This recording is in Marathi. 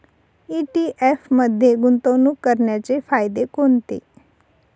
ई.टी.एफ मध्ये गुंतवणूक करण्याचे फायदे कोणते?